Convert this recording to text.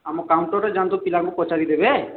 ଆମ କାଉଣ୍ଟରରେ ଯାଆନ୍ତୁ ପିଲାଙ୍କୁ ପଚାରି ଦେବେ